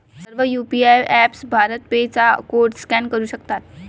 सर्व UPI apps BharatPe चा code scan करू शकतात